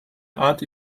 ant